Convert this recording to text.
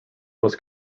was